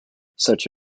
such